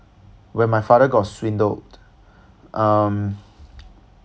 where my father got swindled um